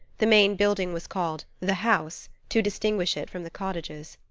the main building was called the house, to distinguish it from the cottages.